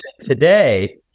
today